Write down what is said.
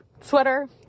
sweater